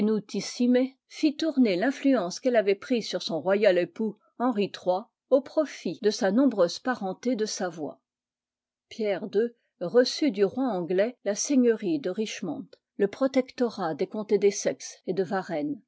tourner l'influence qu'elle avait prise sur son royal époux henri iii au profit de sa nombreuse parenté de savoie pierre ii reçut du roi anglais la seigneurie de richmont le protectorat des comtés d'essex et de varennes